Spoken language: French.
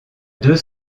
deux